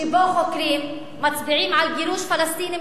שבו חוקרים מצביעים על גירוש פלסטינים,